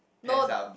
no